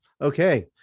Okay